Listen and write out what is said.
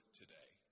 today